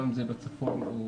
גם אם זה בצפון או